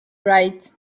right